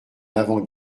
avant